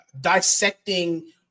dissecting